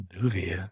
movie